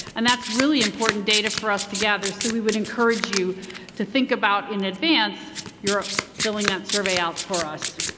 and that's really important data for us to gather, so we would encourage you to think about in advance your filling that survey out for us.